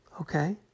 Okay